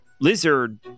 lizard